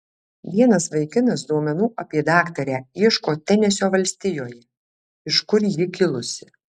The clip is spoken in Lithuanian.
vienas vaikinas duomenų apie daktarę ieško tenesio valstijoje iš kur ji kilusi